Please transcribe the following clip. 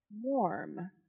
warm